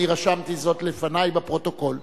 אני רשמתי זאת לפני בפרוטוקול.